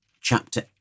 chapter